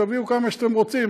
תביאו כמה שאתם רוצים.